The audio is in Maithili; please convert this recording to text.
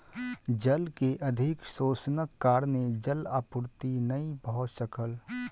जल के अधिक शोषणक कारणेँ जल आपूर्ति नै भ सकल